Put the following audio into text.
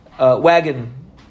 wagon